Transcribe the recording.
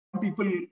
people